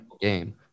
game